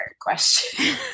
question